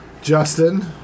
Justin